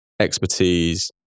expertise